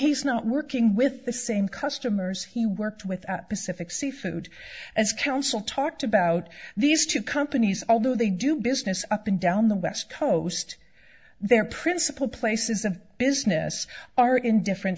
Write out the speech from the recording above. he's not working with the same customers he worked with at pacific seafood as counsel talked about these two companies although they do business up and down the west coast their principal places of business are in different